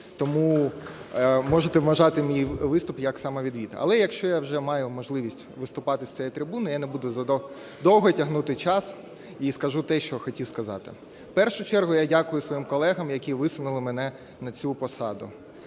Тому можете вважати мій виступ як самовідвід. Але якщо я вже маю можливість виступати з цієї трибуни, я не буду довго тягнути час і скажу те, що хотів сказати. В першу чергу я дякую своїм колегам, які висунули мене на цю посаду.